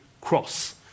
cross